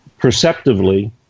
perceptively